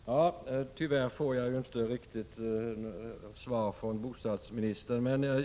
Fru talman! Tyvärr får jag inte riktigt svar från bostadsministern.